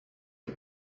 que